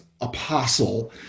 apostle